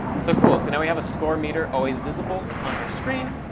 so cool. so now we have a score meter always visible on our screen,